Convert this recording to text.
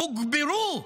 הוגברו,